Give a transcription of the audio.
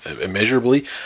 immeasurably